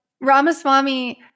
Ramaswamy